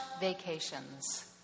vacations